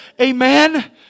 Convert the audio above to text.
Amen